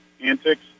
antics